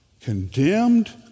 Condemned